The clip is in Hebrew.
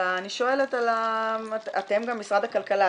אני שואלת על ה- -- אתם במשרד הכלכלה,